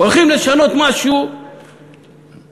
הולכים לשנות משהו רציני,